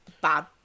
bad